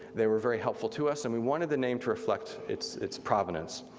they were very helpful to us, and we wanted the name to reflect it's it's provenance.